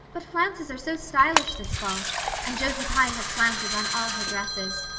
but flounces are so stylish this fall and josie pye has flounces on all her dresses.